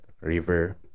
river